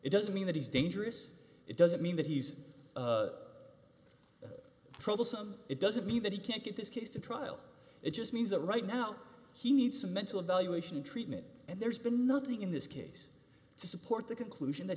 it doesn't mean that he's dangerous it doesn't mean that he's troublesome it doesn't mean that he can't get this case to trial it just means that right now he needs some mental evaluation treatment and there's been nothing in this case to support the conclusion that